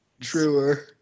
truer